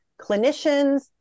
clinicians